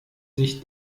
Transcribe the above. sich